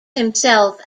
himself